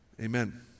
amen